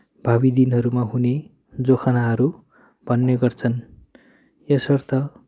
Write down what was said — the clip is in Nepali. भावी दिनहरूमा हुने जोखानाहरू भन्ने गर्छन् यसर्थ